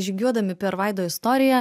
žygiuodami per vaido istoriją